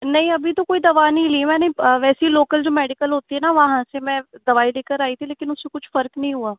नहीं अभी तो कोई दवा नहीं ली मैंने वैसे ही जो लोकल मेडिकल होती है न वहाँ से मैं दवाई लेकर आई थी लेकिन उस्से कुछ फर्क नहीं हुआ